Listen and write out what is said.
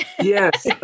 Yes